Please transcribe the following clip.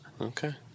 Okay